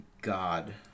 God